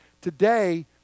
today